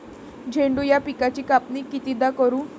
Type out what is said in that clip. झेंडू या पिकाची कापनी कितीदा करू?